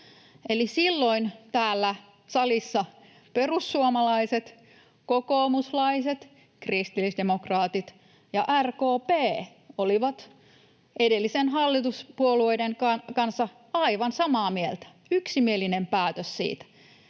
silloin täällä salissa perussuomalaiset, kokoomuslaiset, kristillisdemokraatit ja RKP olivat edellisten hallituspuolueiden kanssa aivan samaa mieltä, oli yksimielinen päätös siitä.